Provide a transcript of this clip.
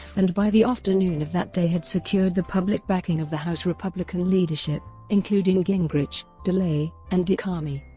and by the afternoon of that day had secured the public backing of the house republican leadership, including gingrich, delay and dick armey.